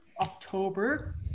October